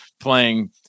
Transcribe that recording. playing